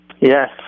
Yes